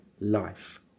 life